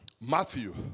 Matthew